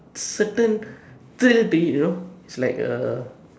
certain thrill to it you know is like a